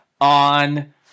on